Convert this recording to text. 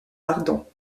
ardents